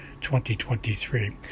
2023